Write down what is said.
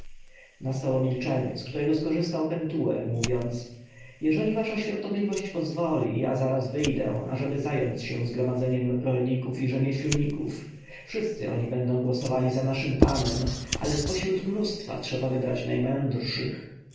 nastało milczenie z którego skorzystał pentuer mówiąc jeżeli wasza świątobliwość pozwoli ja zaraz wyjadę ażeby zająć się zgromadzeniem rolników i rzemieślników wszyscy oni będą głosowali za naszym panem ale z pośród mnóstwa trzeba wybrać najmędrszych